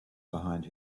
behind